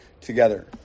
together